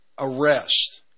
arrest